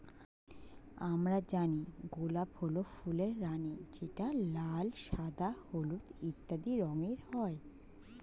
আমরা জানি গোলাপ হল ফুলের রানী যেটা লাল, সাদা, হলুদ ইত্যাদি রঙের হয়